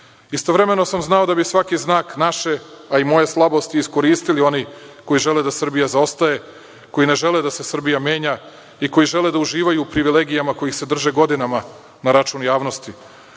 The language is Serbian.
zemlje. Istovremeno sam znao da mi svaki znak naše, a i moje slabosti iskoristili oni koji žele da Srbija zaostaje, koji ne žele da se Srbija menja i koji žele da uživaju i privilegijama kojih se drže godinama na račun javnosti.